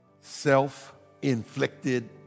Self-inflicted